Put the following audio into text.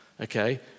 okay